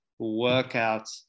workouts